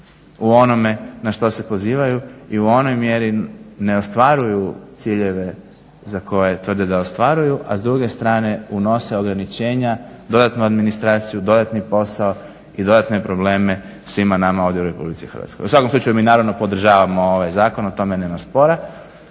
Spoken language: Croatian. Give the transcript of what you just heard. u onome na što se pozivaju i u onoj mjeri ne ostvaruju ciljeve za koje tvrde da ostvaruju, a s druge strane unose ograničenja, dodatnu administraciju, dodatni posao i dodatne probleme svima nama u RH. U svakom slučaju mi naravno podržavamo ovaj zakon o tome nema spora,